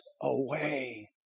away